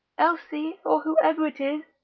elsie, or whoever it is.